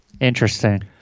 Interesting